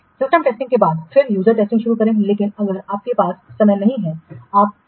system testing के बाद फिर यूजर टेस्टिंग शुरू करें लेकिन अगर आपके पास समय नहीं है आप क्या कर सकते है